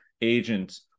agent